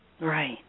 Right